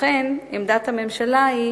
לכן, עמדת הממשלה היא